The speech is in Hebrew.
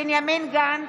בנימין גנץ,